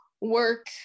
work